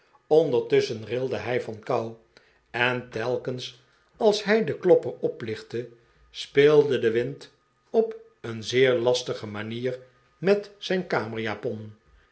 ondertusschen rilde hij van kou en telkens als hij den klopper pplichtte speelde de wind op een zeer lastige manier met zijn